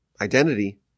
identity